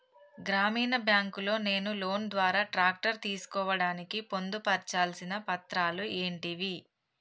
గ్రామీణ బ్యాంక్ లో నేను లోన్ ద్వారా ట్రాక్టర్ తీసుకోవడానికి పొందు పర్చాల్సిన పత్రాలు ఏంటివి?